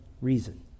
reason